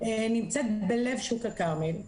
נמצאת בלב שוק הכרמל.